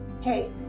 Hey